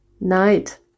night